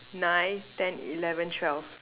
nine ten eleven twelve